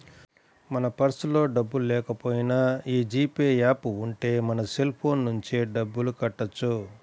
మన పర్సులో డబ్బుల్లేకపోయినా యీ జీ పే యాప్ ఉంటే మన సెల్ ఫోన్ నుంచే డబ్బులు కట్టొచ్చు